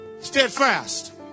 steadfast